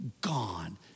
gone